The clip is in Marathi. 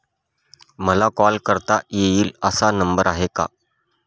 मला कॉल करता येईल असा नंबर आहे का?